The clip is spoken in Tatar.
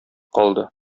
калды